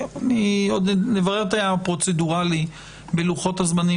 עוד נברר את הפרוצדורה בלוחות הזמנים,